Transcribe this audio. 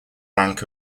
rank